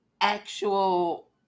actual